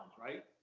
right